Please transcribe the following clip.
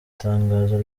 tangazo